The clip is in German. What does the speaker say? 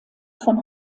von